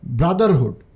brotherhood